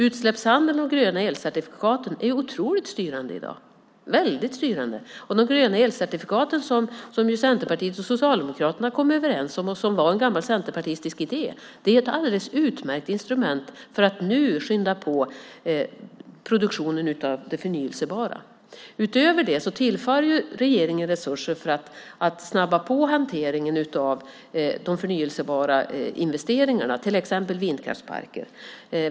Utsläppshandeln och de gröna elcertifikaten är otroligt styrande i dag. De gröna elcertifikaten, som ju Centerpartiet och Socialdemokraterna kom överens om och som var en gammal centerpartistisk idé, är ett alldeles utmärkt instrument för att skynda på produktionen av det förnybara. Utöver det tillför regeringen resurser för att snabba på hanteringen av investeringarna i det förnybara, till exempel vindkraftsparker.